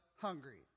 hungry